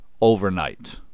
overnight